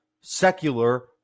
secular